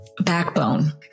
backbone